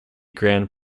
grand